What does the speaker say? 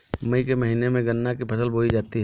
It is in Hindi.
मई के महीने में गन्ना की फसल बोई जाती है